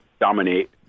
dominate